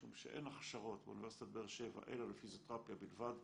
משום שאין הכשרות באוניברסיטת באר שבע אלא לפיזיותרפיה בלבד,